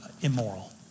immoral